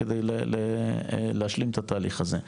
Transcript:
כדי להשלים את התהליך הזה.